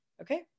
okay